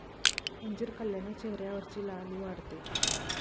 अंजीर खाल्ल्याने चेहऱ्यावरची लाली वाढते